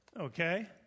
Okay